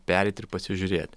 pereit ir pasižiūrėti